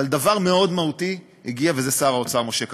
אבל דבר מאוד מהותי הגיע וזה שר האוצר משה כחלון,